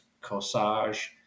Corsage